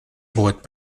vot